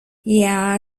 yea